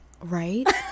Right